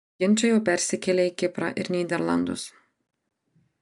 ginčai jau persikėlė į kiprą ir nyderlandus